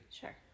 Sure